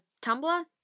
Tumblr